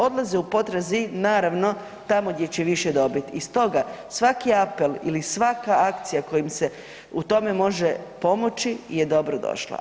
Odlaze u potrazi, naravno, tamo gdje će više dobiti i stoga, svaki apel ili svaka akcija kojim se u tome može pomoći je dobrodošla.